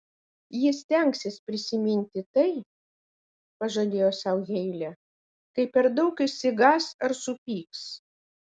ji stengsis prisiminti tai pažadėjo sau heilė kai per daug išsigąs ar supyks